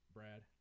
Brad